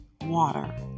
water